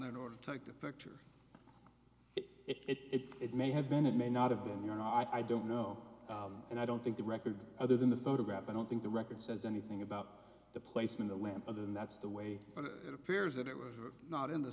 there or take the picture it may have been it may not have been you know i don't know and i don't think the record other than the photograph i don't think the record says anything about the placement of a lamp other than that's the way it appears that it was not in the